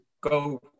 go